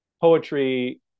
poetry